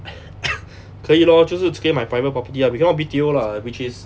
可以 lor 就是只可以买 private property lah we cannot B_T_O lah which is